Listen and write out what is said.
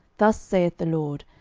thus saith the lord,